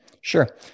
Sure